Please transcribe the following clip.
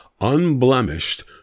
unblemished